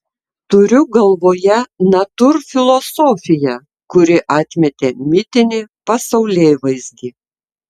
turiu galvoje natūrfilosofiją kuri atmetė mitinį pasaulėvaizdį